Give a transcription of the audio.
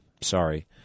Sorry